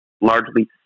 largely